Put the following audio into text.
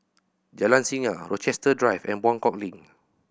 Jalan Singa Rochester Drive and Buangkok Link